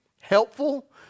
helpful